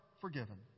forgiven